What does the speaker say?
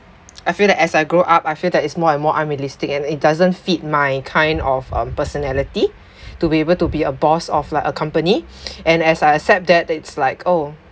I feel that as I grow up I feel that it's more and more unrealistic and it doesn't fit my kind of um personality to be able to be a boss of like a company and as I accept that it's like oh